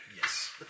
Yes